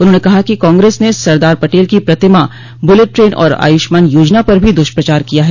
उन्होंने कहा कि कांग्रेस ने सरदार पटेल की प्रतिमा बुलेट ट्रेन और आय्ष्मान योजना पर भी द्वष्प्रचार किया है